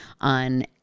on